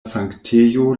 sanktejo